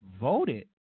Voted